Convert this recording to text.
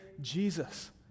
Jesus